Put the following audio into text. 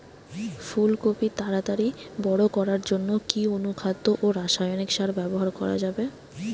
ফুল কপি তাড়াতাড়ি বড় করার জন্য কি অনুখাদ্য ও রাসায়নিক সার ব্যবহার করা যাবে?